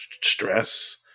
stress